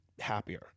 Happier